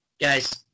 Guys